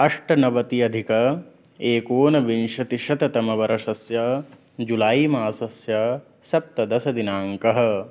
अष्टनवति अधिक एकोनविंशतिशततमवर्षस्य जुलै मासस्य सप्तदशदिनाङ्कः